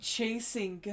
Chasing